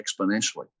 exponentially